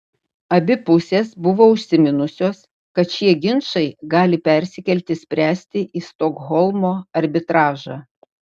abi pusės buvo užsiminusios kad šie ginčai gali persikelti spręsti į stokholmo arbitražą